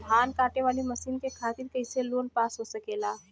धान कांटेवाली मशीन के खातीर कैसे लोन पास हो सकेला?